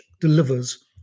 delivers